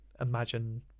imagine